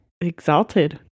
Exalted